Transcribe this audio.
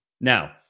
Now